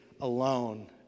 alone